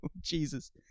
Jesus